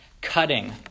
cutting